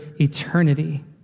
eternity